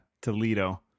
Toledo